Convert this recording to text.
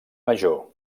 major